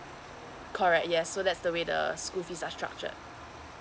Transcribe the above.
correct yes so that's the way the school fees are structure